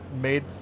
made